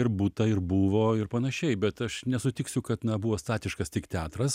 ir būta ir buvo ir panašiai bet aš nesutiksiu kad na buvo statiškas tik teatras